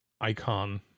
icon